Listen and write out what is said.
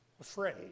afraid